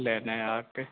ਲੈਨੇ ਆਕੇ